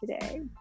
today